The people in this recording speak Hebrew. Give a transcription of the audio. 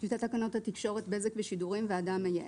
"טיוטת תקנות התקשורת (בזק ושידורים) (ועדה מייעצת),